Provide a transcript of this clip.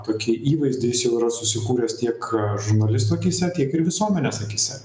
tokį įvaizdį jis jau yra susikūręs tiek žurnalistų akyse tiek ir visuomenės akyse